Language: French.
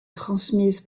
transmise